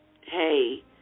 hey